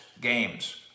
games